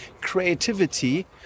creativity